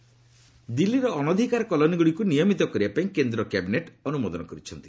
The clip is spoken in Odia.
କ୍ୟାବିନେଟ୍ ଦିଲ୍ଲୀର ଅନଧିକାର କଲୋନୀଗୁଡ଼ିକୁ ନିୟମିତ କରିବାପାଇଁ କେନ୍ଦ୍ର କ୍ୟାବିନେଟ୍ ଅନୁମୋଦନ କରିଛନ୍ତି